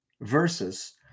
versus